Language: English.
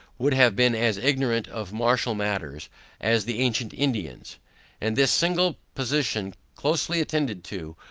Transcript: would have been as ignorant of martial matters as the ancient indians and this single position, closely attended to,